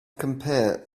compare